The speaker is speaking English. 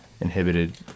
inhibited